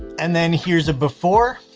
and then here's a before.